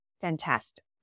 Fantastic